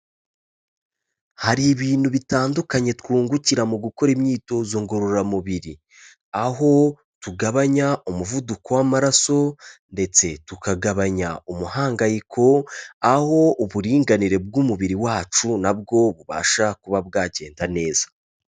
Hari ibintu bitandukanye twungukira mu gukora imyitozo ngororamubiri. Aho tugabanya umuvuduko w'amaraso ndetse tukagabanya umuhangayiko, aho uburinganire bw'umubiri wacu na bwo bubasha kuba bwagenda neza.